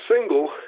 single